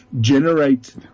generate